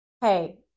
Hey